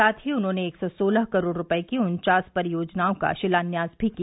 साथ ही उन्होंने एक सी सोलह करोड़ रूपये की उन्वास परियोजनायों का शिलान्यास भी किया